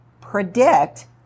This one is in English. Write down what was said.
predict